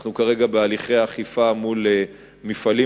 אנחנו כרגע בהליכי אכיפה מול מפעלים